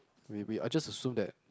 maybe I just assume that